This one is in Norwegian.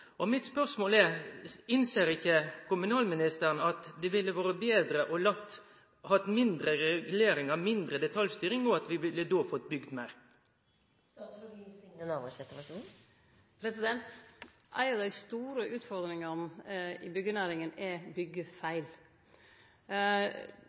heile. Mitt spørsmål er: Innser ikkje kommunalministeren at det ville vore betre og hatt færre reguleringar, mindre detaljstyring, og at vi då ville ha fått bygd meir? Ei av dei store utfordringane i byggjenæringa er